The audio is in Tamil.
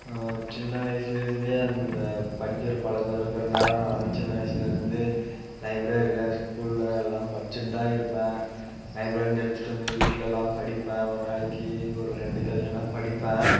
சின்ன வயிசுலருந்தே அந்த படிக்கிற பழக்கம் இருக்கிறனால நான் சின்ன வயசுலருந்து லைப்ரரியில ஸ்கூலில் எல்லாம் படிச்சிட் தான் இருப்பேன் லைப்ரரிலந்து எடுத்துகிட்டு வந்து வீட்லலாம் படிப்பேன் ஒரு நாளைக்கு ஒரு ரெண்டு கதையானா படிப்பேன்